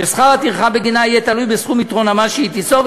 ששכר הטרחה בגינה יהיה תלוי בסכום יתרון המס שהיא תיצור,